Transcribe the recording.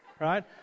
right